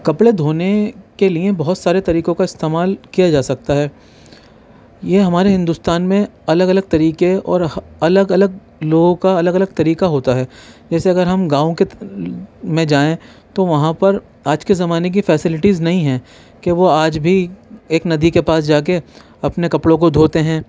کپڑے دھونے کے لئے بہت سارے طریقوں کا استعمال کیا جا سکتا ہے یہ ہمارے ہندوستان میں الگ الگ طریقے اور الگ الگ لوگوں کا الگ الگ طریقہ ہوتا ہے جیسے اگر ہم گاؤں کے میں جائیں تو وہاں پر آج کے زمانے کی فیسلٹیز نہیں ہیں کہ وہ آج بھی ایک ندی کے پاس جا کے اپنے کپڑوں کو دھوتے ہیں